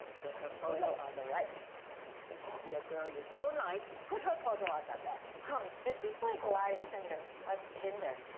put her photo on the right. if you see a girl you don't like, put her photo on the left. mom, this is like live tinder. what's tinder?